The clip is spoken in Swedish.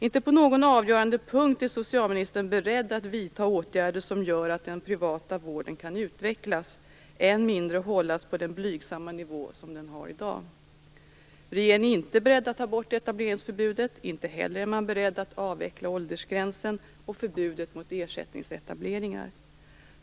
Inte på någon avgörande punkt är socialministern beredd att vidta åtgärder som gör att den privata vården kan utvecklas, än mindre hållas på den blygsamma nivå den har i dag. Regeringen är inte beredd att ta bort etableringsförbudet. Inte heller är man beredd att avveckla åldersgränsen och förbudet mot ersättningsetableringar.